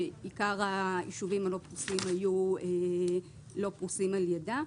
שעיקר היישובים הלא פרוסים היו לא פרוסים על ידה,